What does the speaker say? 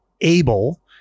able